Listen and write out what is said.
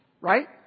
Right